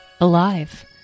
alive